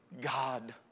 god